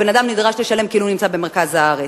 הבן-אדם נדרש לשלם כאילו הוא נמצא במרכז הארץ,